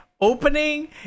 Opening